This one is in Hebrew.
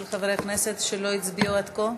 של חברי הכנסת שלא הצביעו עד כה.